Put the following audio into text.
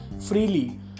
freely